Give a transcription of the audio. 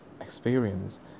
experience